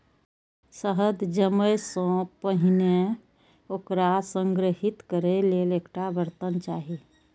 शहद जमै सं पहिने ओकरा संग्रहीत करै लेल एकटा बर्तन चाही